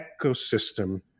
ecosystem